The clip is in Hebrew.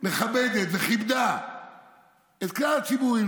מכבדת וכיבדה את כלל הציבורים,